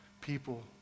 people